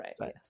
right